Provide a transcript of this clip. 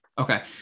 Okay